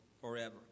forever